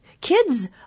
Kids